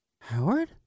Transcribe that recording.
Howard